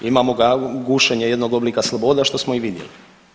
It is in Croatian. Imamo ga, gušenje jednog oblika sloboda, što smo i vidjeli.